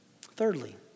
Thirdly